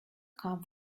come